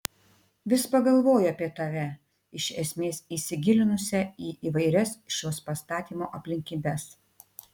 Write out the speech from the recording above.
vis pagalvoju apie tave iš esmės įsigilinusią į įvairias šios pastatymo aplinkybes